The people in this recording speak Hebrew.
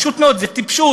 פשוט מאוד, זה טיפשות.